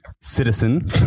citizen